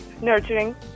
nurturing